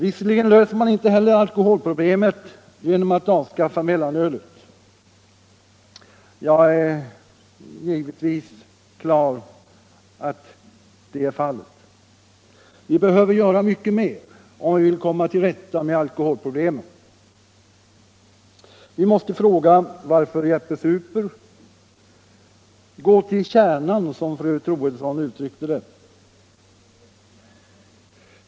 Man löser inte heller alkoholproblemet med att avskaffa mellanölet, det är jag givetvis också på det klara med. Vi behöver göra mycket mer om vi skall komma till rätta med alkoholproblemet. Vi måste fråga varför Jeppe super — gå till kärnan, som fru Troedsson uttryckte det.